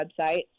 website